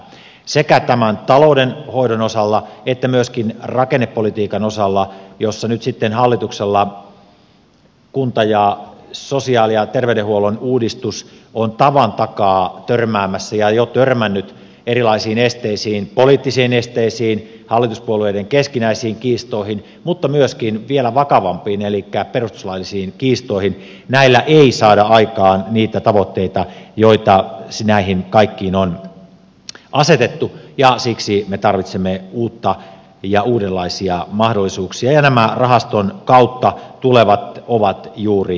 sekä tämän taloudenhoidon osalla että myöskin rakennepolitiikan osalla jossa nyt sitten hallituksella kunta ja sosiaali ja terveydenhuollon uudistus on tavan takaa törmäämässä ja jo törmännyt erilaisiin poliittisiin esteisiin hallituspuolueiden keskinäisiin kiistoihin mutta myöskin vielä vakavampiin elikkä perustuslaillisiin kiistoihin näillä ei saada aikaan niitä tavoitteita joita näihin kaikkiin on asetettu ja siksi me tarvitsemme uutta ja uudenlaisia mahdollisuuksia ja nämä rahaston kautta tulevat ovat juuri sellaisia